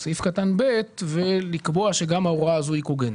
7א(ב) ולקבוע שגם ההוראה הזו היא קוגנטית.